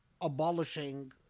abolishing